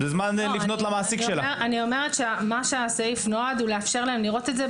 אני אומרת שהסעיף נועד לאפשר להם לראות את זה.